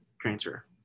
transfer